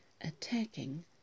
attacking